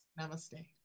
Namaste